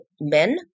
men